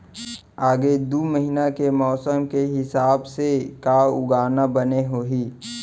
आगे दू महीना के मौसम के हिसाब से का उगाना बने होही?